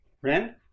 friend